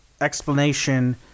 explanation